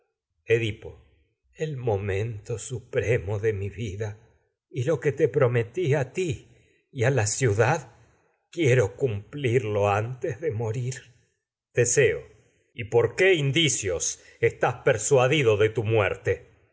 edipo el momento supremo de mi vida y lo que te prometí a ti y a la ciudad quiero cumplirlo antes de morir teseo y por qué indicios estás persuadido de tu muerte